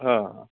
हां हां